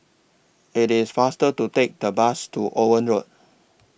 IT IS faster to Take The Bus to Owen Road